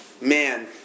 man